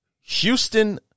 Houston